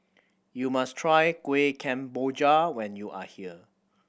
you must try Kueh Kemboja when you are here